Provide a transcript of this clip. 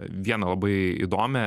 vieną labai įdomią